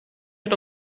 hat